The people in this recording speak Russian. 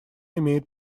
имеет